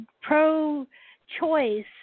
pro-choice